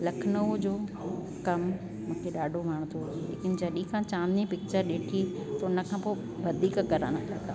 लखनऊ जो कम मूंखे ॾाढो वणंदो आहे लेकिन जॾहिं खां चांदनी पिकिचरु ॾिठी त हुनखां पोइ वधीक करण लॻा